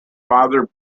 father